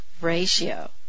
ratio